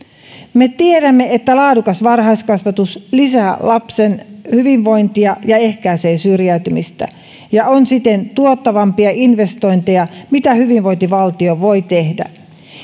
me tiedämme että laadukas varhaiskasvatus lisää lapsen hyvinvointia ja ehkäisee syrjäytymistä ja on siten tuottavimpia investointeja mitä hyvinvointivaltio voi tehdä